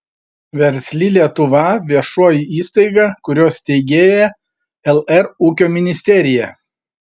versli lietuva viešoji įstaiga kurios steigėja lr ūkio ministerija